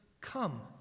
come